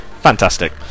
fantastic